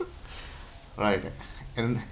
right and